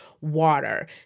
water